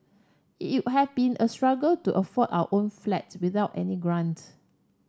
it would have been a struggle to afford our own flat without any grant